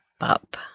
up